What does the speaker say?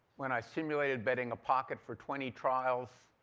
when i simulated betting a pocket for twenty trials,